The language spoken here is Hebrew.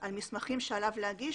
על מסמכים שעליו להגיש